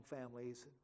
families